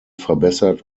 verbessert